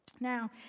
Now